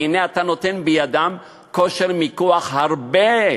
והנה, אתה נותן בידן כושר מיקוח גדול בהרבה